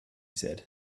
said